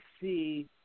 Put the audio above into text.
see